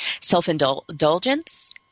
self-indulgence